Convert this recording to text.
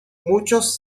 muchos